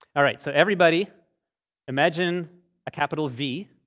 all right. so everybody imagine a capital v,